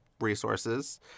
resources